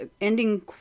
ending